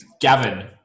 Gavin